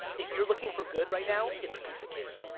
if you're looking for good right now, it's a piece of cake.